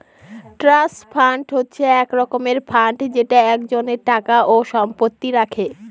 trust fund হচ্ছে এক রকমের ফান্ড যেটা একজনের টাকা ও সম্পত্তি রাখে